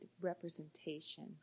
representation